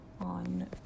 on